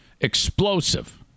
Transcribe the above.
explosive